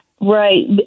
Right